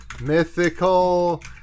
mythical